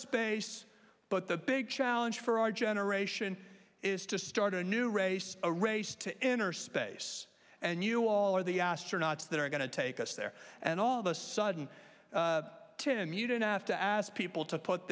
space but the big challenge for our generation is to start a new race a race to enter space and you all are the astronauts that are going to take us there and all of a sudden tim you don't have to ask people to put